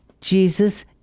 Jesus